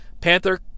Panther